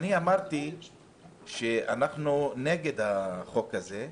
-- אמרתי שאנחנו נגד החוק הזה,